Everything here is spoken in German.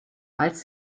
als